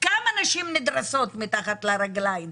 כמה נשים נדרסות מתחת לרגליים?